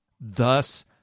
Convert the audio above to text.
Thus